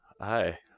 Hi